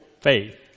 Faith